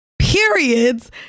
periods